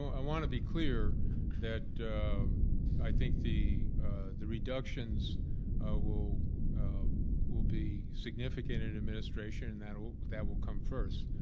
i want to be clear that i think the the reductions ah will um will be significant in administration and that will that will come first